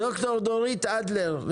דוקטור דורית אדלר,